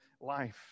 life